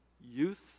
youth